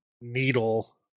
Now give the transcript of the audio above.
needle